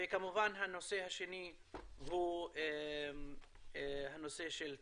הנושא השני הוא הנושא של תעסוקה.